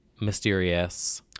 mysterious